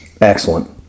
excellent